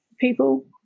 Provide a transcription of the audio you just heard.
people